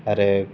आरो